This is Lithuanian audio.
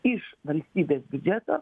iš valstybės biudžeto